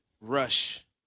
rush